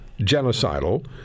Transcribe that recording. genocidal